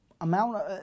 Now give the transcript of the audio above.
amount